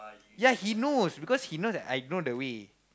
ya he knows because he know that I know the way